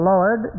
Lord